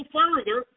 further